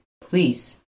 please